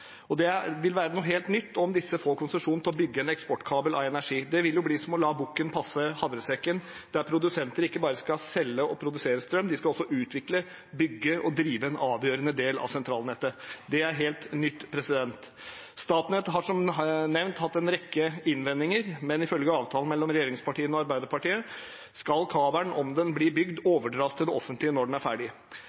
vil være noe helt nytt om disse får konsesjon til å bygge en eksportkabel for energi. Det vil jo bli som å la bukken passe havresekken, der produsenter ikke bare skal selge og produsere strøm, men også utvikle, bygge og drive en avgjørende del av sentralnettet. Det er noe helt nytt. Statnett har som nevnt hatt en rekke innvendinger, men ifølge avtalen mellom regjeringspartiene og Arbeiderpartiet skal kabelen, om den blir bygd, overdras til det offentlige når den er ferdig.